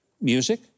music